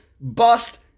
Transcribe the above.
bust